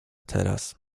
teraz